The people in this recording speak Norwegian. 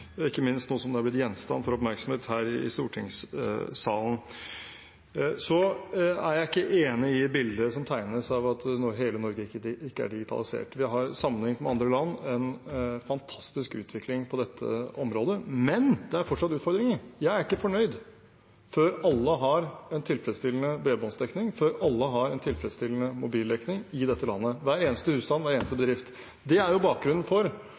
ikke minst nå som det har blitt gjenstand for oppmerksomhet her i stortingssalen. Jeg er ikke enig i bildet som tegnes av at hele Norge ikke er digitalisert. Sammenlignet med andre land har vi en fantastisk utvikling på dette området, men det er fortsatt utfordringer. Jeg er ikke fornøyd før alle har en tilfredsstillende bredbåndsdekning og en tilfredsstillende mobildekning i dette landet – hver eneste husstand, hver eneste bedrift. Det er jo bakgrunnen for